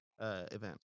event